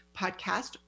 podcast